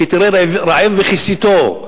כי תראה ערום וכיסיתו,